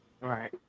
Right